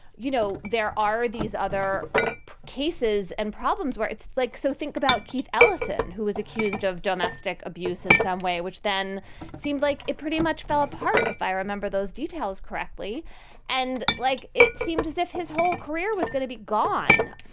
you know, there are these other cases and problems where it's like so think about keith ellison, who is accused of domestic abuse in some way, which then seemed like it pretty much fell apart, if i remember those details correctly and like it seemed as if his whole career was going to be gone.